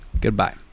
Goodbye